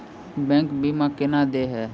Bank बीमा केना देय है?